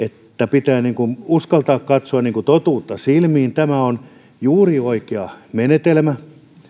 pitää uskaltaa katsoa totuutta silmiin tämä on juuri oikea menetelmä